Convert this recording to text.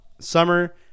summer